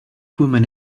woman